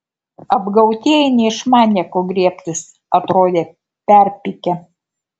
apgautieji neišmanė ko griebtis atrodė perpykę